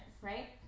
right